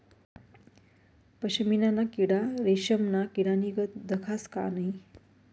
पशमीना ना किडा रेशमना किडानीगत दखास का नै